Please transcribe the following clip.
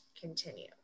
continue